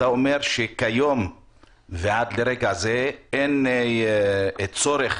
אתה אומר שכיום ועד לרגע זה אין צורך